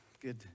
good